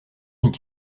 d’une